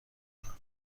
بدهم